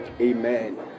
amen